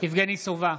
יבגני סובה,